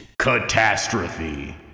Catastrophe